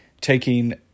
taking